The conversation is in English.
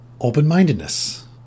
Open-mindedness